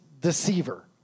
deceiver